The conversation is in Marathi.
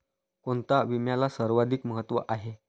कोणता विम्याला सर्वाधिक महत्व आहे?